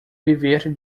viver